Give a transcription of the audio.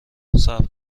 صبر